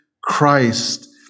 Christ